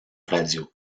radio